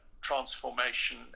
transformation